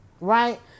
Right